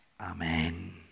amen